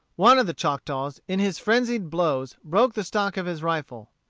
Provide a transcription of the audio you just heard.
one of the choctaws, in his frenzied blows, broke the stock of his rifle.